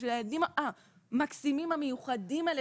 בשביל הילדים המקסימים המיוחדים האלה.